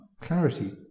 clarity